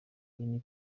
une